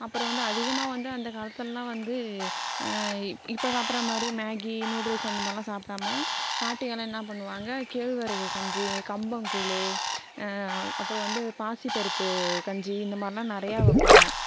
அப்புறம் வந்து அதிகமாக வந்து அந்த காலத்துலலாம் வந்து இப்போ இப்போ சாப்பிடுறா மாதிரி மேகி நூடுல்ஸ் அந்த மாதிரிலாம் சாப்பிடாம பாட்டிங்கலாம் என்ன பண்ணுவாங்க கேழ்வரகு கஞ்சி கம்பங்கூழு அப்புறம் வந்து பாசி பருப்பு கஞ்சி இந்தமாதிரிலாம் நிறையா வைப்பாங்க